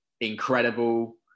incredible